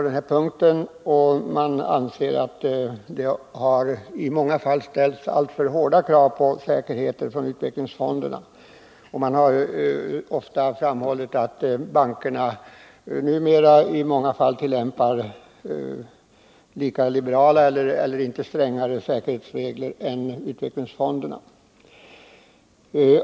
Man anser att utvecklingsfonderna i många fall har ställt alltför hårda krav på säkerhet, och man har framhållit att bankerna numera ofta tillämpar lika liberala säkerhetsregler som utvecklingsfonderna.